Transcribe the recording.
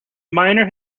miner